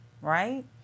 right